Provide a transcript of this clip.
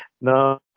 No